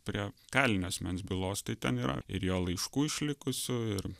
prie kalinio asmens bylos tai ten yra ir jo laiškų išlikusių ir